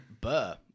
Burr